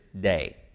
day